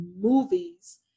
movies